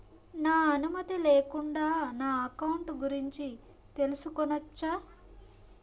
నా అనుమతి లేకుండా నా అకౌంట్ గురించి తెలుసుకొనొచ్చా?